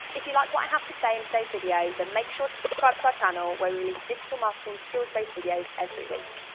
if you like what i have to say in today's video then make sure to subscribe to our channel where we release digital marketing skills-based videos every week!